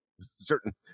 Certain